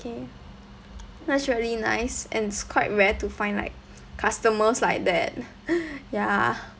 okay that's really nice and it's quite rare to find like customers like that ya